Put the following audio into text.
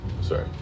Sorry